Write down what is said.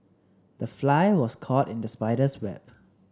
the fly was caught in the spider's web